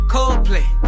Coldplay